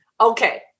Okay